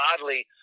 oddly